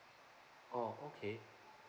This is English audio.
oh okay